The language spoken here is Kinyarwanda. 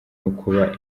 ukuba